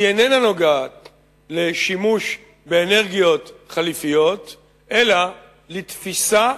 היא איננה נוגעת לשימוש באנרגיות חלופיות אלא לתפיסה,